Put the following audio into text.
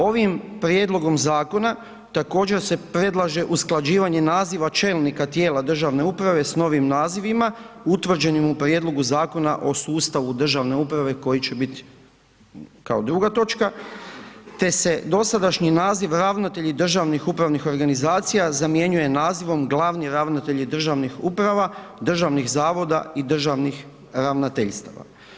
Ovim prijedlogom zakona također se predlaže usklađivanje naziva čelnika tijela državne uprave s novim nazivima, utvrđenim u prijedlogu Zakona o sustavu državne uprave, koji će bit kao druga točka te se dosadašnji naziv, ravnatelji državnih upravnih organizacija, zamjenjuje nazivom glavni ravnatelji državnih uprava, državnih zavoda i državnih ravnateljstava.